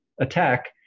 attack